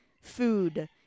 food